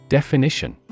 Definition